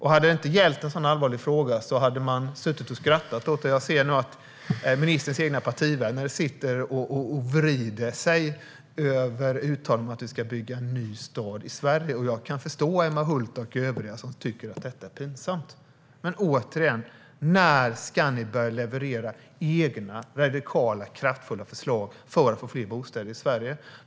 Hade det inte gällt en så allvarlig fråga skulle man ha kunnat sitta och skratta åt det. Jag ser nu att ministerns egna partivänner sitter här och vrider sig av skratt över uttalandet att vi ska bygga en ny stad i Sverige. Jag kan förstå Emma Hult och övriga som tycker att detta är pinsamt. När ska ni börja leverera egna radikala och kraftfulla förslag för att få fler bostäder i Sverige?